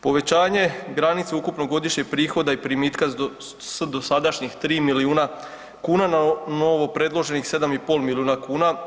Povećanje granice ukupnog godišnjeg prihoda i primitka s dosadašnjih tri milijuna kuna na novo predloženih 7 i pol milijuna kuna.